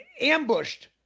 ambushed